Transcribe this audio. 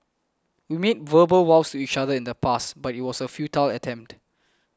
we made verbal vows to each other in the past but it was a futile attempt